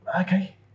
Okay